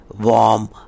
warm